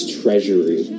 treasury